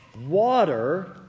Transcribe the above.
water